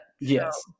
Yes